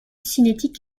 cinétique